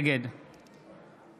נגד